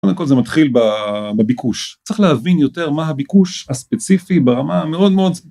קודם כל זה מתחיל בביקוש צריך להבין יותר מה הביקוש הספציפי ברמה מאוד מאוד